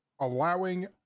allowing